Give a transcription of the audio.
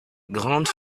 grande